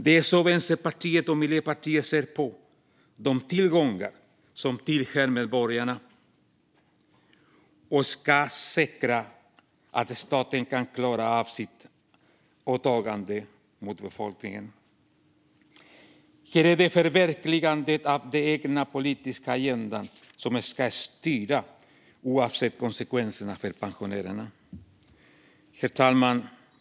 Det är så Vänsterpartiet och Miljöpartiet ser på de tillgångar som tillhör medborgarna och ska säkra att staten kan klara av sitt åtagande gentemot befolkningen. Här är det förverkligandet av den egna politiska agendan som ska styra, oavsett konsekvenserna för pensionärerna. Herr talman!